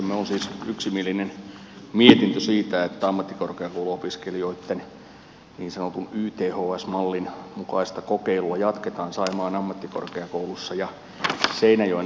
käsittelyssämme on siis yksimielinen mietintö siitä että ammattikorkeakouluopiskelijoitten niin sanotun yths mallin mukaista kokeilua jatketaan saimaan ammattikorkeakoulussa ja seinäjoen ammattikorkeakoulussa